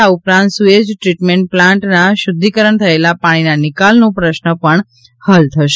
આ ઉપરાંત sewage treatment પ્લાન્ટના શુદ્ધિકરણ થયેલા પાણીના નિકાલનો પ્રશ્ન પણ હલ થશે